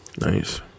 Nice